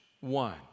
one